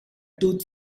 tooth